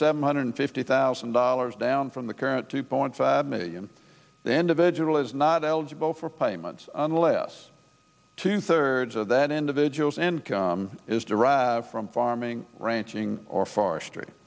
seven hundred fifty thousand dollars down from the current two point five million the individual is not eligible for payments unless two thirds of that individual's income is derived from farming ranching or forestry